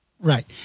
Right